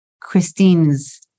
Christine's